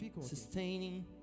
sustaining